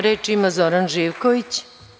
Reč ima Zoran Živković.